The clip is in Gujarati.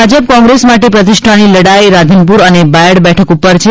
ભાજપ કોંગ્રેસ માટે પ્રતિષ્ઠાની લડાઈ રાધનપુર અને બાયડ બેઠક ઊપર છે